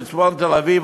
בצפון תל-אביב,